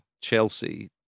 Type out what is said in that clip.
Chelsea